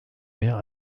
mehr